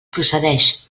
procedeix